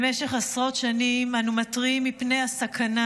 במשך עשרות שנים אנו מתריעים מפני הסכנה